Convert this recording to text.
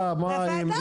זה מה שעשית לו.